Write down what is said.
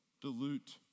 dilute